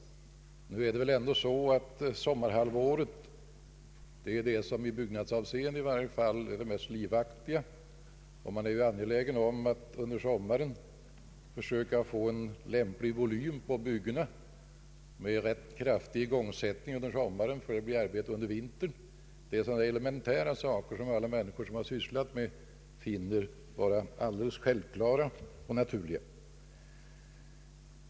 Men sommarhalvåret är väl ändå det i byggnadsavseende i varje fall mest livaktiga halvåret. Man är ju angelägen om att under sommaren försöka få en lämplig volym på byggnationen med rätt kraftig igångsättning så att det blir arbete under vintern. Det är elementära saker som alla människor som har sysslat med detta finner självklara och naturliga.